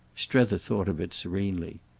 strether thought of it serenely.